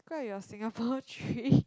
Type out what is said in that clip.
describe your Singapore dream